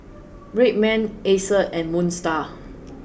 Red Man Acer and Moon Star